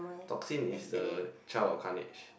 toxin is the child of Carnage